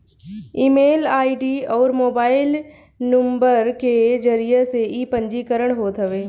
email ID अउरी mobile number के जरिया से इ पंजीकरण होत हवे